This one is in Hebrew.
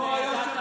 כמו היושר שלך.